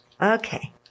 Okay